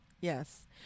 Yes